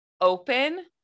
open